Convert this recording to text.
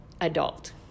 adult